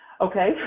Okay